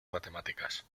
matemáticas